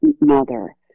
mother